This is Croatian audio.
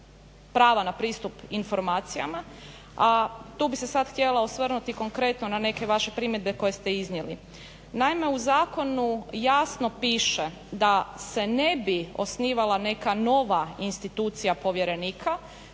prava na pristup informacijama, a tu bi se sad htjela osvrnuti konkretno na neke vaše primjedbe koje ste iznijeli. Naime u zakonu jasno piše da se ne bi osnivala neka nova institucija povjerenika,